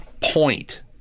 point